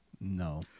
no